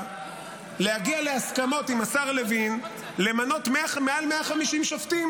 להגיע להסכמות עם השר לוין למנות מעל 150 שופטים,